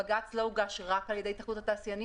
העתירה לבג"ץ לא הוגשה רק על ידי התאחדות התעשיינים,